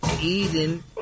Eden